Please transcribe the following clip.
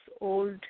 Old